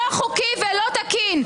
זה לא חוקי ולא תקין.